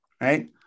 right